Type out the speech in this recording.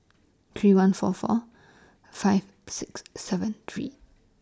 three one four four five six seven three